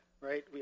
right